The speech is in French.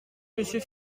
monsieur